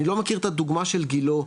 אני לא מכיר את הדוגמה של גילה,